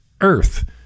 earth